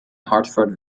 hartford